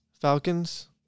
Falcons